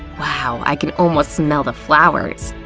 wow, i can almost smell the flowers.